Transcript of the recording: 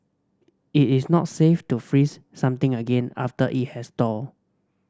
it is not safe to freeze something again after it has thawed